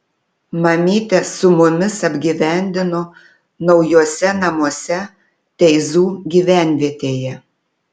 mamytę su mumis apgyvendino naujuose namuose teizų gyvenvietėje